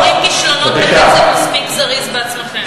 אתם צוברים כישלונות בקצב מספיק זריז בעצמכם.